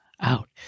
out